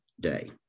day